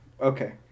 Okay